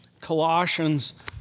Colossians